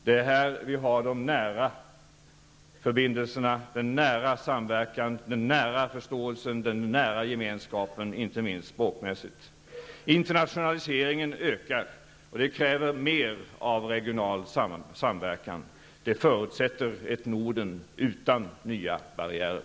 Det är här som de nära förbindelserna, den nära samverkan, den nära förståelsen och den nära gemenskapen finns, inte minst språkmässigt. Internationaliseringen ökar. Det kräver mer av regional samverkan och förutsätter ett Norden utan nya barriärer.